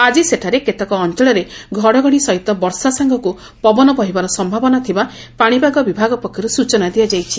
ଆଜି ସେଠାରେ କେତେକ ଅଞ୍ଚଳରେ ଘଡଘଡି ସହିତ ବର୍ଷା ସାଙ୍ଗକୁ ପବନ ବହିବାର ସମ୍ଭାବନା ଥିବା ପାଣିପାଗ ବିଭାଗ ପକ୍ଷରୁ ସୂଚନା ଦିଆଯାଇଛି